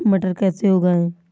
मटर कैसे उगाएं?